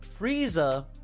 Frieza